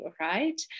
right